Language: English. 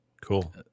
cool